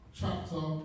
chapter